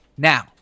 Now